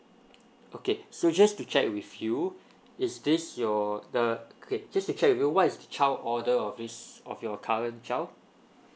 okay so just to check with you is this your the okay just to check with you what is child order of this of your current child